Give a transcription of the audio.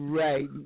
right